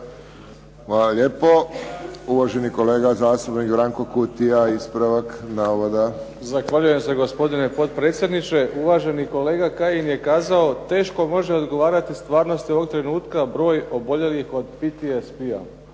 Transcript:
Hvala lijepo. Uvaženi kolega zastupnik Branko Kutija, ispravak navoda. **Kutija, Branko (HDZ)** Zahvaljujem se gospodine potpredsjedniče. Uvaženi kolega Kajin je kazao teško može odgovarati stvarnosti ovog trenutka broj oboljelih od PTSP-a.